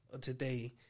today